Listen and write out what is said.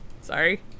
Sorry